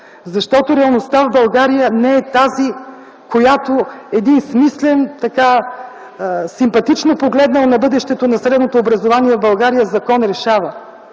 защото реалността в България не е тази, която един смислен, симпатично погледнал на бъдещето на средното образование в България закон решава.